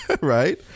right